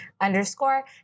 underscore